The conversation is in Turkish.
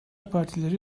partileri